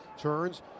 Turns